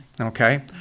Okay